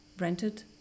rented